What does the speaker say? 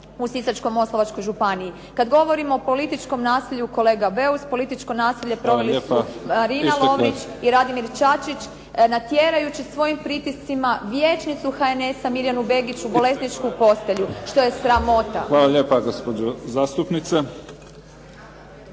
Hvala lijepa gospođo zastupnice.